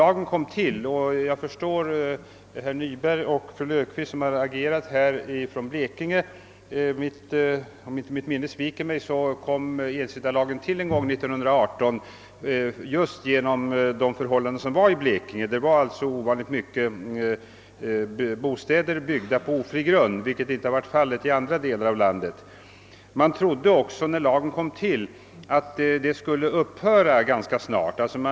Jag förstår varför det är just herr Nyberg och fru Löfqvist, båda från Blekinge, som agerar i detta ärende. Om inte mitt minne sviker mig, tillkom ensittarlagen år 1918 just på grund av de förhållanden som rådde i Blekinge. Det förekom där ovanligt många bostäder byggda på ofri grund, vilket inte i sam ma utsträckning varit fallet i andra delar av landet. Man trodde också när lagen infördes att dessa förhållanden ganska snart skulle upphöra.